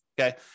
okay